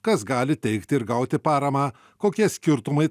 kas gali teikti ir gauti paramą kokie skirtumai